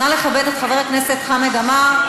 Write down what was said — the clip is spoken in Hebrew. נא לכבד את חבר הכנסת חמד עמאר.